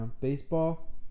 Baseball